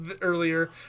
earlier